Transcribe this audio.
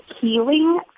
healing